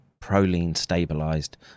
proline-stabilized